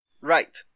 Right